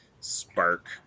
spark